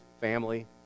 family